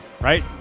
right